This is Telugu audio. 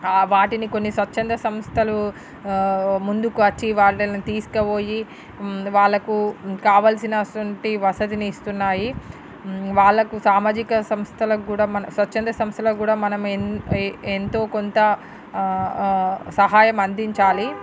వాటిని కొన్ని స్వచ్ఛంద సంస్థలు ముందుకు వచ్చి వాళ్ళని తీసుకుపోయి వాళ్ళకు కావాల్సినటువంటి వసతిని ఇస్తున్నాయి వాళ్ళకు సామాజిక సంస్థలకు కూడా మన స్వచ్ఛంద సంస్థలకు కూడా మనం ఎం ఎం ఎంతో కొంత సహాయం అందించాలి